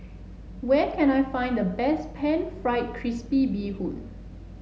where can I find the best pan fried crispy Bee Hoon